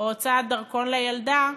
או הוצאת דרכון לילדה,